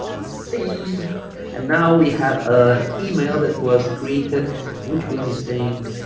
save and now we have ah an email that was created which will be saying